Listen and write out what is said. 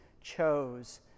chose